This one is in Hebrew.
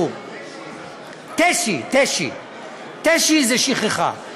תשי זה שכחה.